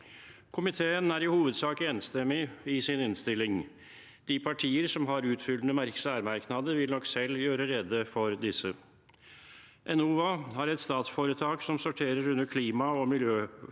Komiteen er i hovedsak enstemmig i sin innstilling. De partier som har utfyllende særmerknader, vil nok selv gjøre rede for disse. Enova er et statsforetak som sorterer under Klimaog miljødepartementet.